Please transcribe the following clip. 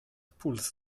puls